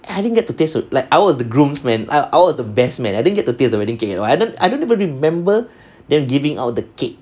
I didn't get to taste like I was the groomsman I was the best man I didn't get to taste the wedding cake you know I I don't even remember they are giving out the cake